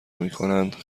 میکنند